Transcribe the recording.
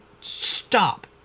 stop